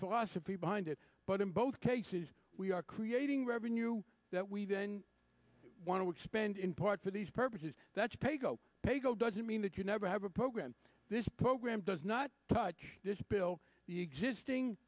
philosophy behind it but in both cases we are creating revenue that we then want to expend in part for these purposes that's pay go pay go doesn't mean that you never have a program this program does not touch this bill